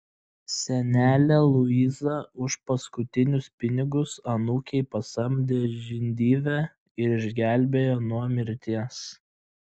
senelė luiza už paskutinius pinigus anūkei pasamdė žindyvę ir išgelbėjo nuo mirties